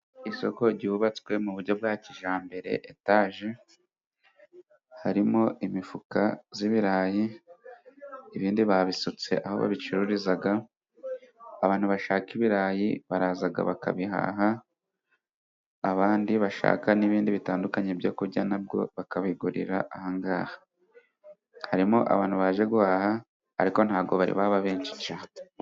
Isoko ryubatswe mu buryo bwa kijyambere etaje harimo imifuka y'ibirayi ibindi babisutse aho babicururiza. Abantu bashaka ibirayi baraza bakabihaha abandi bashaka n'ibindi bitandukanye byo kurya nabwo bakabigurira aha ngaha, harimo abantu baje guhaha ariko ntabwo bari baba benshi cyane.